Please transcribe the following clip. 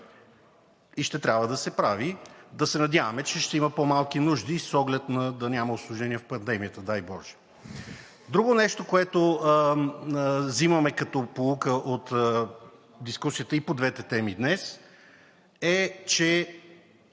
и ще трябва да се прави. Да се надяваме, че ще има по-малки нужди с оглед да няма усложнение в пандемията, дай боже. Друго нещо, което вземаме като поука от дискусията и по двете теми днес, е, че